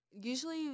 usually